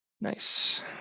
Nice